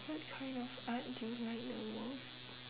what kind of art do you like the most